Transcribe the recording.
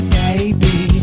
baby